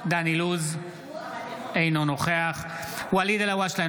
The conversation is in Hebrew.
אינו נוכח ואליד אלהואשלה,